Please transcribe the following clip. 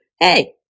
hey